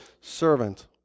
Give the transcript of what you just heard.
servant